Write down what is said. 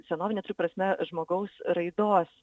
senovine prasme žmogaus raidos